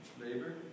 Labor